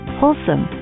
wholesome